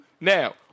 Now